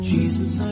Jesus